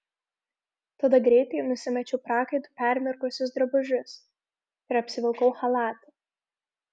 tada greitai nusimečiau prakaitu permirkusius drabužius ir apsivilkau chalatą